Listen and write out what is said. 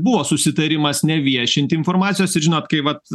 buvo susitarimas neviešinti informacijos ir žinot kai vat